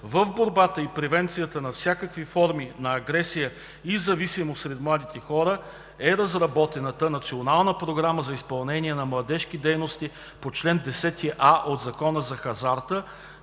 в борбата и превенцията на всякакви форми на агресия и зависимости сред младите хора е разработената Национална програма за изпълнение на младежки дейности по чл. 10а от Закона за хазарта